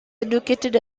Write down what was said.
educated